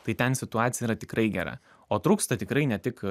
tai ten situacija yra tikrai gera o trūksta tikrai ne tik